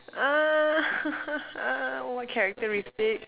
uh what characteristic